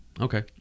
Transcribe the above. Okay